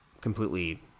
completely